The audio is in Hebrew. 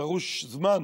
דרוש זמן.